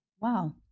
Wow